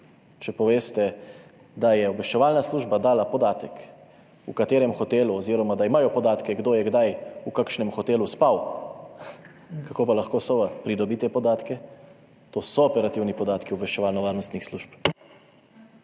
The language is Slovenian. če poveste, da je obveščevalna služba dala podatek oziroma da imajo podatke, kdo je kdaj spal v kakšnem hotelu. Kako pa lahko Sova pridobi te podatke? To so operativni podatki obveščevalno-varnostnih služb.